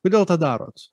kodėl tą darot